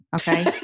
okay